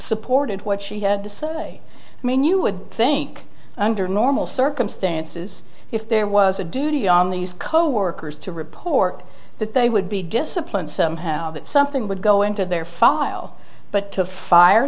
supported what she had to say i mean you would think under normal circumstances if there was a duty on these coworkers to report that they would be disciplined somehow that something would go into their files but to fire